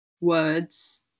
words